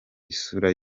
isura